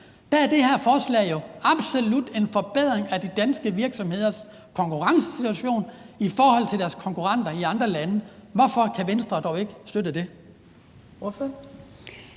Der er det her forslag jo absolut en forbedring af de danske virksomheders konkurrencesituation i forhold til deres konkurrenters i andre lande. Hvorfor kan Venstre dog ikke støtte det?